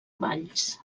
valls